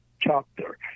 chapter